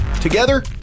Together